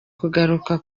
kugaruka